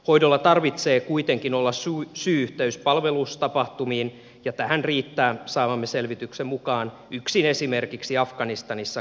hoidolla tarvitsee kuitenkin olla syy yhteys palvelustapahtumiin ja tähän riittää saamamme selvityksen mukaan yksin esimerkiksi afganistanissa kriisinhallintatehtävissä toimiminen